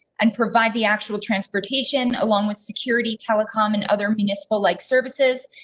and provide the actual transportation along with security telecom, and other municipal like services,